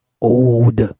Old